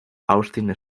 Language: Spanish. austin